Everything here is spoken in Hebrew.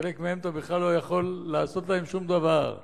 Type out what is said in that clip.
חלק מהם אתה בכלל לא יכול לעשות להם שום דבר.